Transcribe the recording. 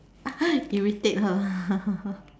irritate her